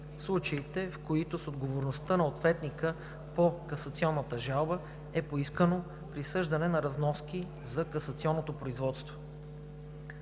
в които с отговора на ответника по касационната жалба, е поискано присъждане на разноски за касационното производство.